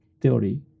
theory